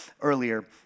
earlier